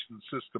system